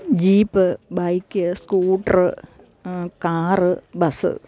jeep bike scooter car bus